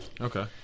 Okay